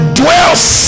dwells